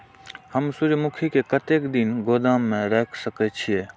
हम सूर्यमुखी के कतेक दिन गोदाम में रख सके छिए?